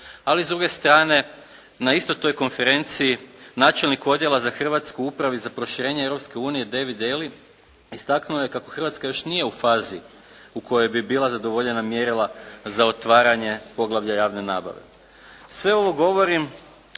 ali s druge strane na istoj toj konferenciji načelnik Odjela za hrvatsku upravu i za proširenje Europske unije David Daly istaknuo je kako Hrvatska još nije u fazi u kojoj bi bila zadovoljena mjerila za otvaranje poglavlja javne nabave. Sve ovo govorim